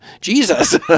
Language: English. Jesus